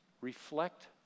reflect